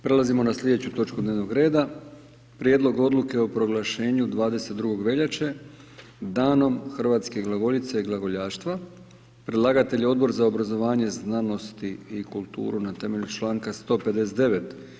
Prelazimo na sljedeću točku dnevnoga reda - Prijedlog odluke o proglašenju 22. veljače Danom hrvatske glagoljice i glagoljaštva Predlagatelj je Odbor za obrazovanje, znanost i kulturu na temelju članka 159.